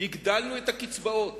הגדלנו את קצבאות